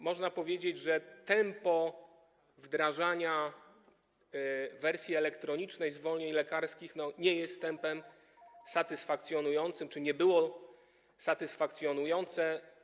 Można powiedzieć, że tempo wdrażania wersji elektronicznej zwolnień lekarskich nie jest satysfakcjonujące czy nie było satysfakcjonujące.